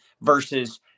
versus